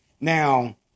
Now